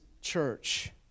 church